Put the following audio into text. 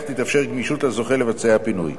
בכך תתאפשר גמישות לזוכה לביצוע הפינוי.